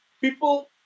People